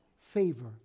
favor